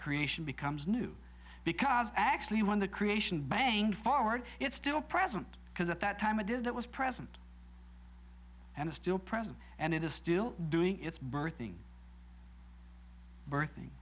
creation becomes new because actually when the creation banged forward it's still present because at that time it did it was present and still present and it is still doing its birthing birthing